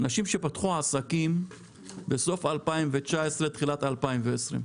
אנשים שפתחו עסקים בסוף 2019 - תחילת 2020,